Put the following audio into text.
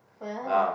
!wow!